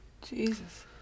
Jesus